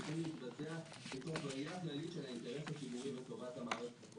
הם צריכים להתבצע בתוך ה --- הכללית של האינטרס הציבורי וטובת המערכת.